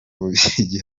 bubiligi